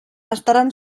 estaran